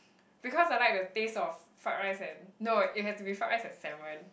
because I like the taste of fried rice and no it has to be fried rice and salmon